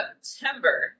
September